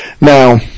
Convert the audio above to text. Now